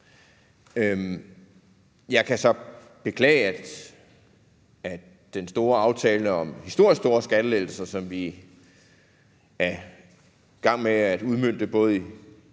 Jeg kan så beklage, at den store aftale om historisk store skattelettelser, som vi er i gang med at udmønte for